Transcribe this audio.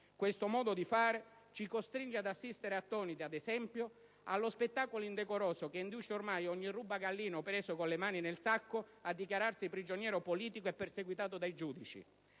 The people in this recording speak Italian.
Questo modo di fare ci costringe ad assistere attoniti, ad esempio, allo spettacolo indecoroso che induce ormai ogni rubagalline preso con le mani nel sacco a dichiararsi prigioniero politico e perseguitato dai giudici;